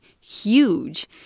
huge